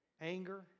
anger